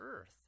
earth